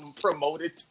promoted